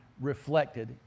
reflected